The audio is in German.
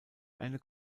eine